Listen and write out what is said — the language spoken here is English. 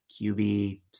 QB